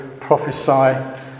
prophesy